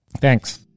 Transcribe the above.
Thanks